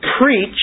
preach